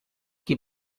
qui